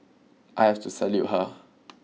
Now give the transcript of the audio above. I have to salute her